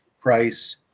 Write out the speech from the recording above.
price